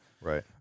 Right